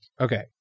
Okay